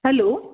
hello